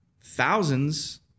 thousands